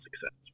success